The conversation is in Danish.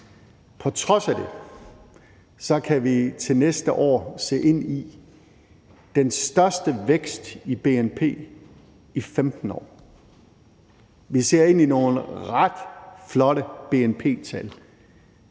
På trods af det kan vi til næste år se ind i den største vækst i bnp i 15 år. Vi ser ind i nogle ret flotte bnp-tal,